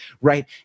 right